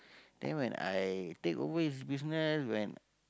then when I take over his business when